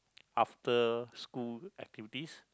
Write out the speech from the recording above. after school activities